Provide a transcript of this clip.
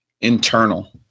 internal